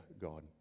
God